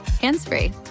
hands-free